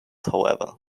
however